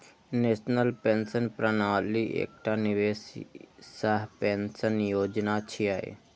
national pension प्रणाली एकटा निवेश सह पेंशन योजना छियै